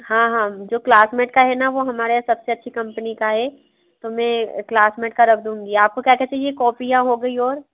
हाँ हाँ जो क्लासमेट का है ना वो हमारे यहाँ सब से अच्छी कंपनी का है तो मैं क्लासमेट का रख दूँगी आपको क्या क्या चाहिए कॉपियाँ हो गई और